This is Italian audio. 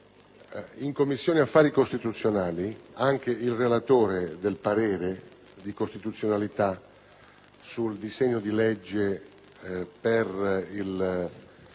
in Commissione affari costituzionali lo stesso relatore del parere di costituzionalità sul disegno di legge inerente